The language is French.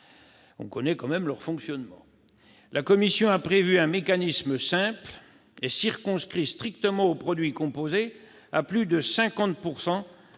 On connaît tout de même leur fonctionnement ... La commission a prévu un mécanisme simple et circonscrit strictement aux produits dont le prix est